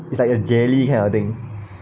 it's like a jelly kind of thing